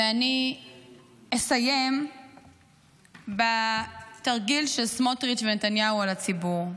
ואני אסיים בתרגיל של סמוטריץ' ונתניהו על הציבור.